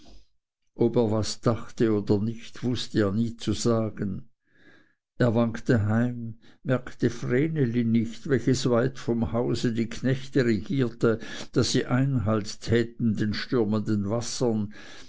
ob er was dachte oder nicht wußte er nie zu sagen er wankte heim merkte vreneli nicht welches weit vom hause die knechte regierte daß sie einhalt täten den stürmenden wassern